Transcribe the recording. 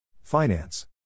Finance